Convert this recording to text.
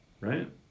Right